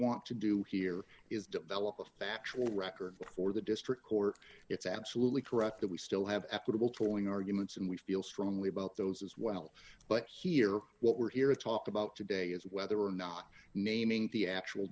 want to do here is develop a factual record for the district court it's absolutely correct that we still have equitable tolling arguments and we feel strongly about those as well but here what we're here to talk about today is whether or not naming the actual